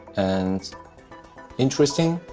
and interesting,